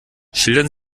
schildern